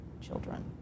children